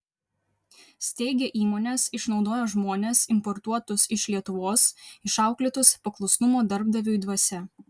steigia įmones išnaudoja žmones importuotus iš lietuvos išauklėtus paklusnumo darbdaviui dvasia